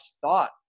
thought